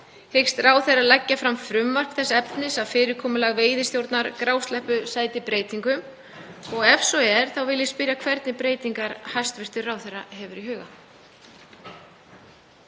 Hyggst ráðherra leggja fram frumvarp þess efnis að fyrirkomulag við veiðistjórn grásleppu sæti breytingum? Ef svo er, þá vil ég spyrja hvernig breytingar hæstv. ráðherra hefur í huga.